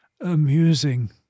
Amusing